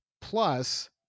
plus